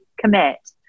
commit